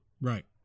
right